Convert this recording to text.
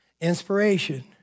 Inspiration